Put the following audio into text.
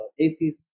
acs